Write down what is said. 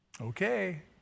Okay